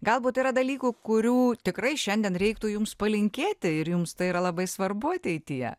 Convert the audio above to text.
galbūt yra dalykų kurių tikrai šiandien reiktų jums palinkėti ir jums tai yra labai svarbu ateityje